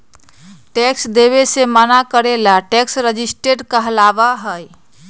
tax देवे से मना करे ला टैक्स रेजिस्टेंस कहलाबा हई